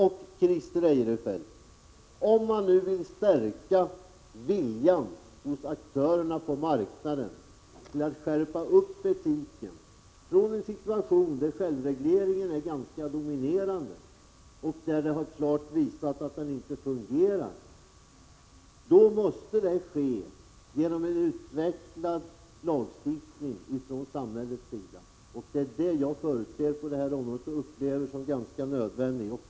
Christer Eirefelt, om man vill stärka viljan hos aktörerna på marknaden att skärpa etiken, och utgångspunkten är en självreglering som klart visat att den inte fungerar, måste det ske genom en utvecklad lagstiftning från samhällets sida. Det är det jag förutsätter och upplever som nödvändigt på det här området.